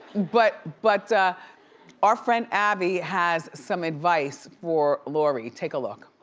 but but our friend abby has some advice for lori, take a look.